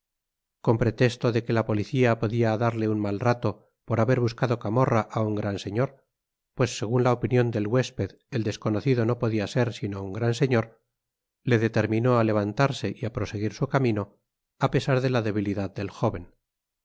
con pretesto de que la policía podia darle un mal rato por haber buscado camorra á un gran señor pues segun la opinion del huesped el desconocido no podia ser sino un gran señor le determinó á levantarse y á proseguir su camino apesar de la debilidad del jóven